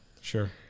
Sure